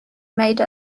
made